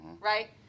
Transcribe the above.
Right